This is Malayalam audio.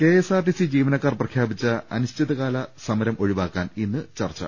കെഎസ്ആർടിസി ജീവനക്കാർ പ്രഖ്യാപിച്ച അനിശ്ചിതകാല സമരം ഒഴിവാക്കാൻ ഇന്ന് ചർച്ചു